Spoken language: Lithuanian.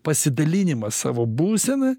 pasidalinimas savo būsena